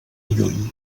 lluny